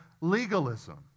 legalism